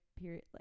period